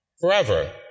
forever